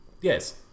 Yes